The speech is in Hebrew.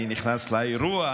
אני נכנס לאירוע,